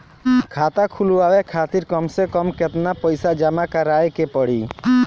खाता खुलवाये खातिर कम से कम केतना पईसा जमा काराये के पड़ी?